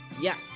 Yes